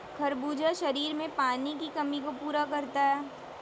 खरबूजा शरीर में पानी की कमी को पूरा करता है